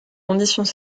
conditions